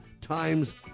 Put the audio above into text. times